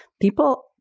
People